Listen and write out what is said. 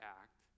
act